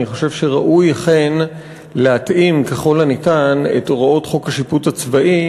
אני חושב שראוי אכן להתאים ככל הניתן את הוראות חוק השיפוט הצבאי